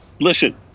Listen